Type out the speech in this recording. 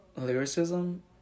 lyricism